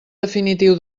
definitiu